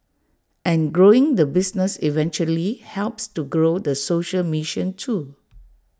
and growing the business eventually helps to grow the social mission too